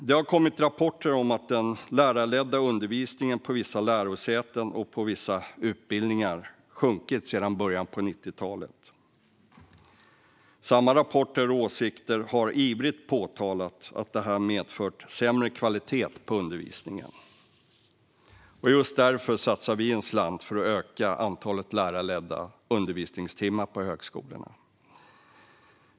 Det har kommit rapporter om att den lärarledda undervisningen på vissa lärosäten och på vissa utbildningar sjunkit sedan början av 90-talet. Samma rapporter har ivrigt påtalat att detta medfört sämre kvalitet på undervisningen. Därför satsar vi en slant för att öka antalet lärarledda undervisningstimmar på högskolorna.